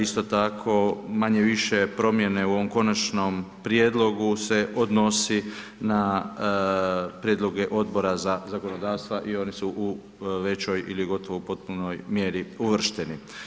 Isto tako, manje-više promjene u ovom Konačnom prijedlogu se odnosi na prijedloge Odbora za zakonodavstva i oni su u većoj ili gotovo potpunoj mjeri uvršteni.